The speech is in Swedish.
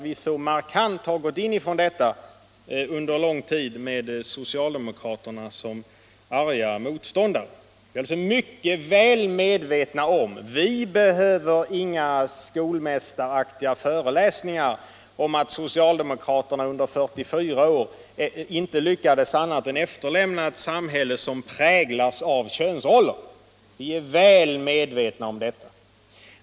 Vi har under lång tid på ett markant sätt arbetat för detta med socialdemokraterna som arga motståndare. Vi behöver inga skolmästaraktiga föreläsningar när socialdemokraterna under 44 år inte lyckades bättre än att lämna över ett samhälle som präglas av könsroller. Vi är väl medvetna om detta.